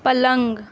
पलङ्ग